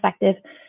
effective